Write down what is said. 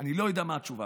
אני לא יודע מה התשובה,